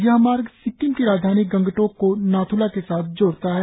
यह मार्ग सिक्किम की राजधानी गंगटोक को नाथ्ला के साथ जोड़ता है